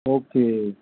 okay